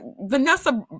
Vanessa